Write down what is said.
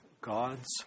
God's